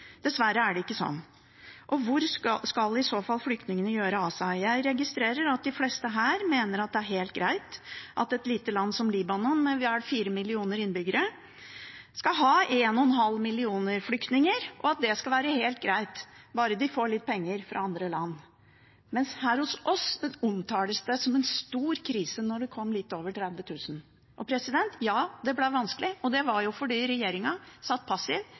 Dessverre er det ikke sånn. Hvor skal i så fall flyktningene gjøre av seg? Jeg registrerer at de fleste her mener at det er helt greit at et lite land som Libanon, med vel fire millioner innbyggere, skal ha en og en halv million flyktninger, og at det skal være helt greit bare de får litt penger fra andre land. Mens her hos oss ble det omtalt som en stor krise da det kom litt over 30 000. Ja, det ble vanskelig, og det var jo fordi regjeringen satt passiv.